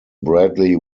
bradley